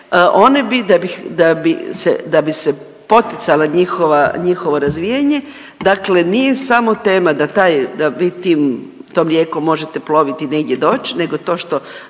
One bi da bi se poticalo njihovo razvijanje, dakle nije samo tema da taj, da tom rijekom možete ploviti negdje doći, nego to što